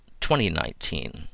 2019